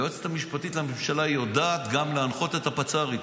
היועצת המשפטית לממשלה יודעת גם להנחות את הפצ"רית,